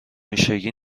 هیشکی